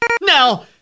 Now